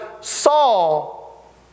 Saul